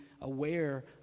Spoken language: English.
aware